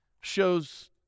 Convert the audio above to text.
shows